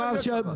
יהיה ככה.